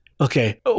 Okay